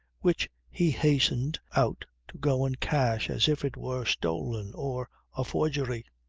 which he hastened out to go and cash as if it were stolen or a forgery.